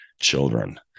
children